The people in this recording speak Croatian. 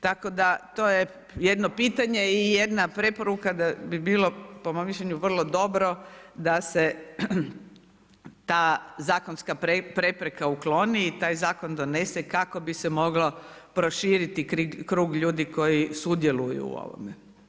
Tako, da to je jedno pitanje i jedna preporuka, da bi bilo po mom mišljenju vrlo dobro da se ta zakonska prepreka ukloni i taj zakon donese kako bi se moglo proširiti krug ljudi koji sudjeluju u ovome.